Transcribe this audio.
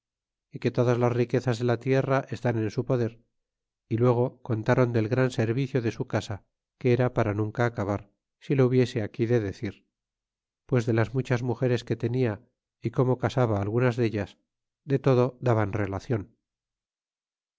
y que todas las riquezas de la tierra estn en su poder y luego contron del gran servicio de su casa que era para nunca acabar si lo hubiese aquí de decir pues de las muchas mugeres que tenia y como casaba algunas deltas de todo daban relacion